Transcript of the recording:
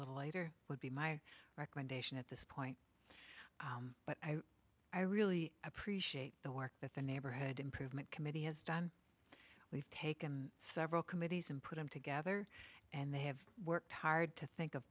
little later would be my recommendation at this point but i really appreciate the work that the neighborhood improvement committee has done we've taken several committees and put them together and they have worked hard to think of